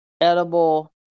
edible